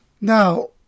Now